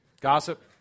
gossip